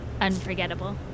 unforgettable